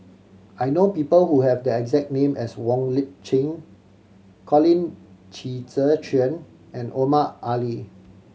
I know people who have the exact name as Wong Lip Chin Colin Qi Zhe Quan and Omar Ali